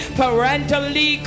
parentally